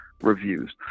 reviews